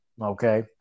okay